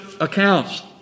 accounts